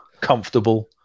comfortable